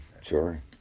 sure